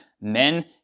men